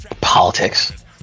politics